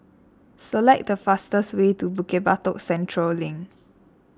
select the fastest way to Bukit Batok Central Link